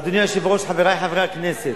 אדוני היושב-ראש, חברי חברי הכנסת,